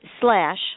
slash